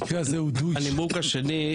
הנימוק השני,